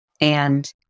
And-